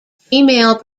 female